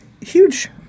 huge